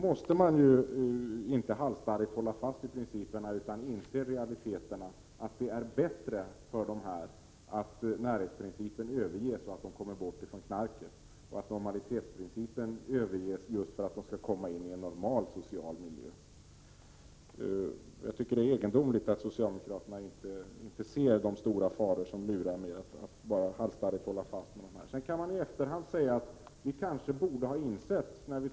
Då kan man inte halsstarrigt hålla fast vid principerna, utan man måste inse realiteterna — det är bättre för narkotikamissbrukarna att närhetsprincipen överges och att de kommer bort från knarket, det är bättre att normalitetsprincipen överges och att de kan komma in i en normal social miljö. Det är egendomligt att socialdemokraterna inte ser de stora faror som lurar, om man halsstarrigt håller fast vid de principerna. Man kan i efterhand säga att vi kanske, när vi 1974 fattade beslut om Prot.